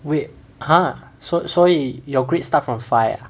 wait !huh! 所所以 your grade start from five ah